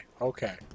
okay